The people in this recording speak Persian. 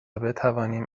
بتوانیم